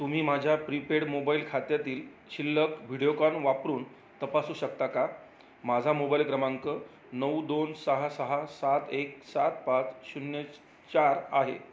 तुम्ही माझ्या prepaid mobile खात्यातील शिल्लक व्हिडिओकॉन वापरून तपासू शकता का माझा मोबाईल क्रमांक नऊ दोन सहा सहा सात एक सात पाच शून्य चार आहे